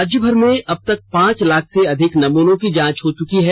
राज्यभर में अबतक पांच लाख से अधिक नमूनों की जांच हो चुकी है